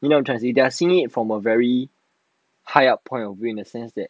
you know what I'm trying to say they are seeing it from a very high up point of view in a sense that